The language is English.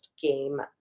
game